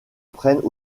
prennent